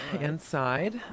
inside